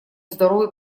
здоровой